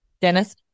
Dennis